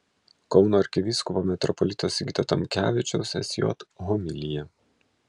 kauno arkivyskupo metropolito sigito tamkevičiaus sj homilija